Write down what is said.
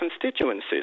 constituencies